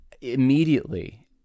immediately